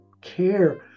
care